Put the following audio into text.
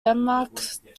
denmark